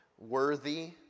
worthy